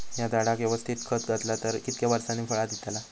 हया झाडाक यवस्तित खत घातला तर कितक्या वरसांनी फळा दीताला?